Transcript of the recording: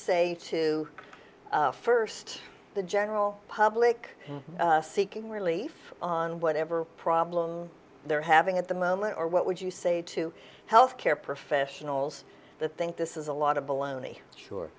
say to first the general public seeking relief on whatever problem they're having at the moment or what would you say to health care professionals the think this is a lot of baloney sure